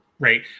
Right